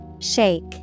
shake